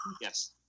Yes